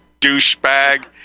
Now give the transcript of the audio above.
douchebag